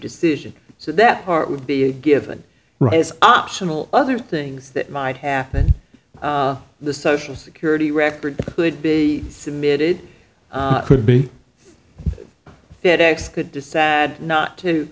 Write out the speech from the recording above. decision so that part would be given right is optional other things that might happen the social security record could be submitted could be fed ex could decide not to